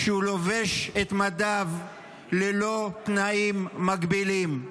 כשהוא לובש את מדיו וללא תנאים מגבילים.